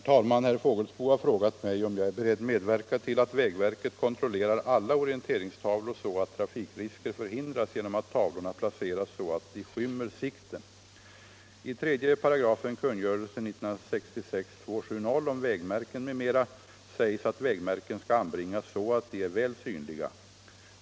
266, och anförde: öres NN Herr talman! Herr Fågelsbo har frågat mig om jag är beredd medverka — Om placeringen av fikolyckor förhindras genom att tavlorna placeras så att de inte skymmer = vägkorsningar skall anbringas så att de är väl synliga.